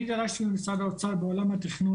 אני דרשתי ממשרד האוצר בעולם התכנון,